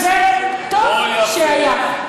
טוב שהיה.